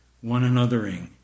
one-anothering